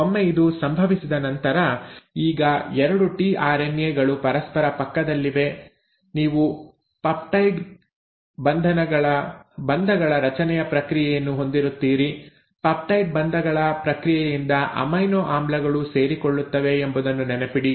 ಒಮ್ಮೆ ಇದು ಸಂಭವಿಸಿದ ನಂತರ ಈಗ 2 ಟಿಆರ್ಎನ್ಎ ಗಳು ಪರಸ್ಪರ ಪಕ್ಕದಲ್ಲಿವೆ ನೀವು ಪೆಪ್ಟೈಡ್ ಬಂಧಗಳ ರಚನೆಯ ಪ್ರಕ್ರಿಯೆಯನ್ನು ಹೊಂದಿರುತ್ತೀರಿ ಪೆಪ್ಟೈಡ್ ಬಂಧಗಳ ಪ್ರಕ್ರಿಯೆಯಿಂದ ಅಮೈನೊ ಆಮ್ಲಗಳು ಸೇರಿಕೊಳ್ಳುತ್ತವೆ ಎಂಬುದನ್ನು ನೆನಪಿಡಿ